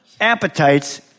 appetites